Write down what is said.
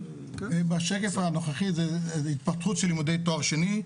בשקף הנוכחי זה התפתחות של לימודי תואר שני.